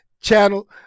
channel